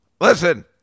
Listen